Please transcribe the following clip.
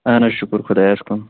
اَہَن حظ شُکر خُدایس کُن